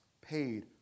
paid